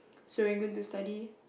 Serangoon to study